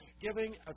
giving